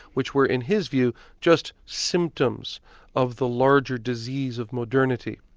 which were in his view just symptoms of the larger disease of modernity.